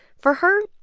for her,